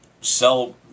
sell